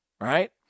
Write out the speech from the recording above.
Right